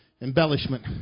embellishment